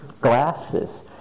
glasses